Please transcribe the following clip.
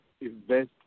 invest